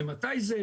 ממתי זה?